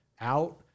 out